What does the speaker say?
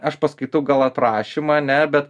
aš paskaitau gal aprašymą ane bet